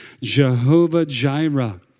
Jehovah-Jireh